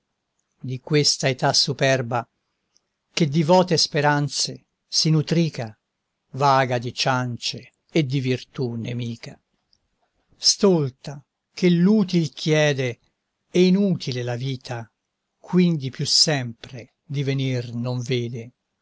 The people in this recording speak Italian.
di questa età superba che di vote speranze si nutrica vaga di ciance e di virtù nemica stolta che l'util chiede e inutile la vita quindi più sempre divenir non vede